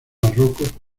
barroco